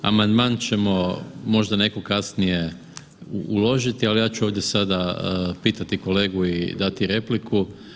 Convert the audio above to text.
Amandman ćemo, možda neko kasnije uložiti, ali ja ću ovdje sada pitati kolegu i dati repliku.